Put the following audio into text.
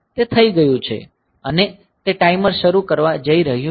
તે થઈ ગયું છે અને તે ટાઈમર શરૂ કરવા જઈ રહ્યું છે